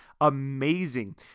amazing